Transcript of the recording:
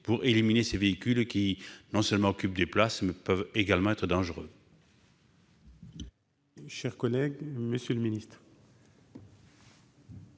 pour éliminer ces véhicules, qui non seulement occupent de la place, mais peuvent également être dangereux